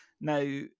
now